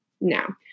now